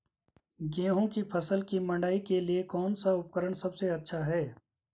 गेहूँ की फसल की मड़ाई के लिए कौन सा उपकरण सबसे अच्छा है?